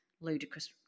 ludicrous